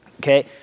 okay